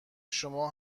شما